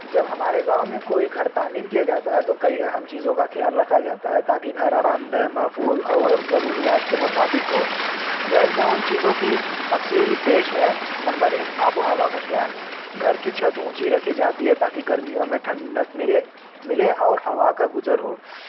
جب ہمارے گاؤں میں کوئی گھر تعمیر کیا جاتا ہے تو کئی اہم چیزوں کا خیال رکھا جاتا ہے تاکہ گھر آرام دہ محفوظ اور ضروریات کے مطابق ہو ذیل میں ان چیزوں کی تفصیل پیش ہے نمبر ایک آب و ہوا کا خیال گھر کی چھت اونچی رکھی جاتی ہے تاکہ گرمیوں میں ٹھنڈک ملے ملے اور ہوا کا گزر ہو